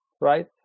right